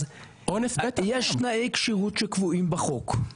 אז יש תנאי כשירות שקבועים בחוק,